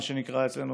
מה שנקרא אצלנו,